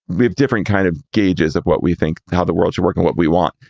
we have different kind of gauges of what we think, how the world should work and what we want.